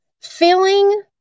feeling